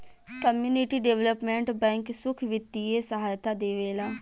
community development bank सुख बित्तीय सहायता देवेला